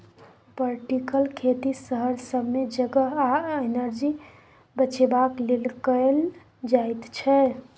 vertical खेती शहर सब मे जगह आ एनर्जी बचेबाक लेल कएल जाइत छै